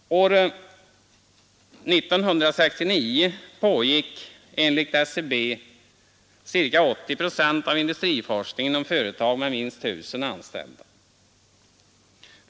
År 1969 pågick, enligt SCB, ca 80 procent av industriforskningen inom företag med minst 1 000 anställda.